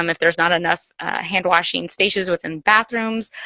um if there's not enough hand-washing stations within bathrooms,